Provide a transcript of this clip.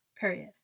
period